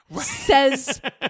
says